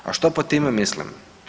A što pod time mislim?